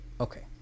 Okay